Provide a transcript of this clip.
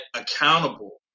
accountable